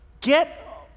get